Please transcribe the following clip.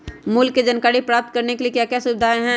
मूल्य के जानकारी प्राप्त करने के लिए क्या क्या सुविधाएं है?